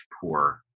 poor